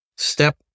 Step